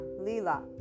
Lila